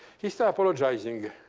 he start apologizing,